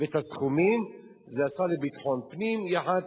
ואת הסכומים זה השר לביטחון פנים יחד,